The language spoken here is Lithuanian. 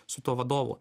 su tuo vadovu